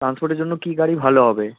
ট্রান্সপোর্টের জন্য কী গাড়ি ভালো হবে